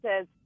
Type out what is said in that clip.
says